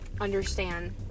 understand